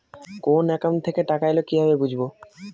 কোন একাউন্ট থেকে টাকা এল কিভাবে বুঝব?